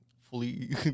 fully